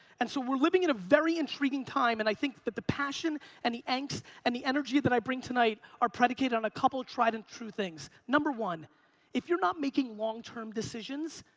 and so we're living in a very intriguing time, and i think that the passion and the angst and the energy that i bring tonight are predicated on a couple of tried and true things. number one if you're not making long-term decisions,